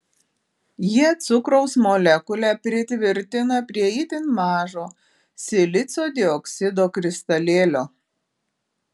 jie cukraus molekulę pritvirtina prie itin mažo silicio dioksido kristalėlio